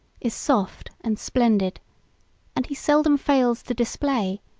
is soft and splendid and he seldom fails to display,